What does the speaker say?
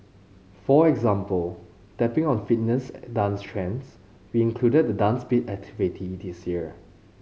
for example tapping on fitness dance trends we included the Dance Beat activity this year